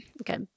Okay